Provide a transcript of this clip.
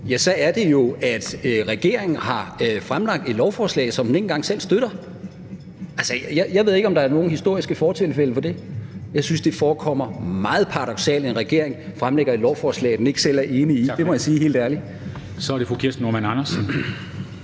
her, er det jo, at regeringen har fremlagt et lovforslag, som den ikke engang selv støtter. Altså, jeg ved ikke, om der er nogen historiske fortilfælde for det. Jeg synes, det forekommer meget paradoksalt, at en regering fremlægger et lovforslag, den ikke selv er enig i. Det må jeg sige, helt ærligt. Kl. 13:33 Formanden